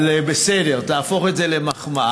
אבל בסדר, תהפוך את זה למחמאה.